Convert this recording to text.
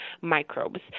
microbes